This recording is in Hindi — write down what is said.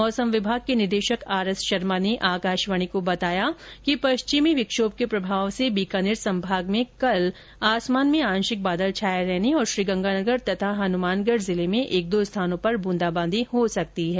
मौसम विभाग के निदेशक आरएस शर्मा ने आकाशवाणी को बताया कि हालांकि पश्चिमी विक्षोभ के प्रभाव से बीकानेर संभाग में कल आसमान में आंशिक बादल छाये रहने और श्रीगंगानगर तथा हनुमानगढ़ जिले में एक दो स्थानों पर ब्रूंदाबांदी हो सकती है